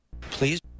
please